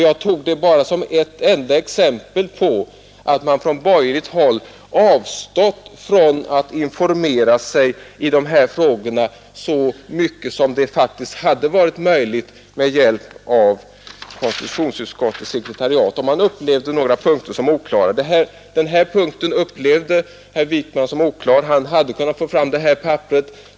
Jag tog detta som ett enda exempel på att man från borgerligt håll avstått från att informera sig i dessa frågor så mycket som faktiskt hade varit möjligt med hjälp av konstitutionsutskottets sekretariat. Denna punkt upplevde herr Wijkman som oklar. Han hade kunnat få fram detta papper.